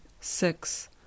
six